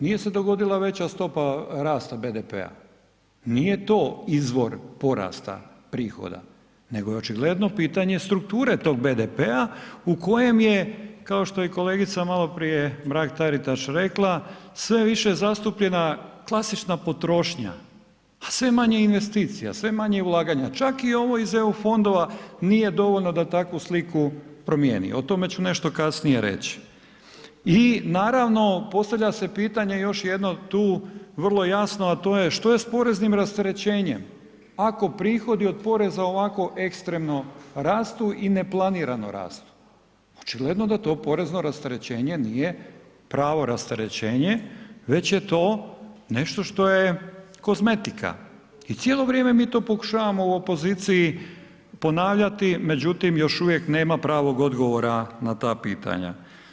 Nije se dogodila veća stopa rasta BDP-a, nije to izvor porasta prihoda, nego je očigledno pitanje strukture tog BDP-a u kojem je, kao što je i kolegica maloprije Mrak Taritaš rekla, sve više je zastupljena klasična potrošnja, a sve manje investicija, sve manje ulaganja, čak i ovo iz EU fondova nije dovoljno da takvu sliku promijeni, o tome ću nešto kasnije reći, I naravno postavlja se pitanje još jedno tu vrlo jasno, a to je što je s poreznim rasterećenjem ako prihodi od poreza ovako ekstremno rastu i ne planiramo rastu, očigledno da to porezno rasterećenje nije pravo rasterećenje, već je to nešto što je kozmetika i cijelo vrijeme mi to pokušavamo u opoziciji ponavljati, međutim još uvijek nema pravog odgovora na ta pitanja.